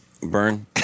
Burn